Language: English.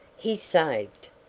he's saved!